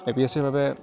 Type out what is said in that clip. এ P S চিৰ বাবে